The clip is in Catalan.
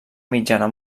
mitjana